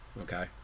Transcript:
Okay